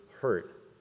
hurt